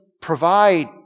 provide